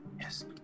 yes